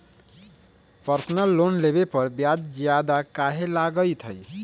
Personal loan लेबे पर ब्याज ज्यादा काहे लागईत है?